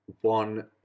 one